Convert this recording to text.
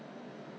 worse ah